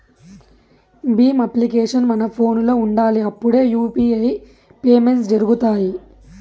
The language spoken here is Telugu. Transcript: భీమ్ అప్లికేషన్ మన ఫోనులో ఉండాలి అప్పుడే యూ.పీ.ఐ పేమెంట్స్ జరుగుతాయి